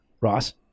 Ross